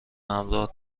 همراه